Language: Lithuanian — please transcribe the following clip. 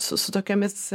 su su tokiomis